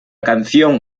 canción